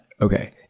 Okay